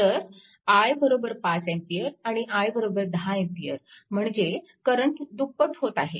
तर i 5A आणि i 10A म्हणजे करंट दुप्पट होत आहे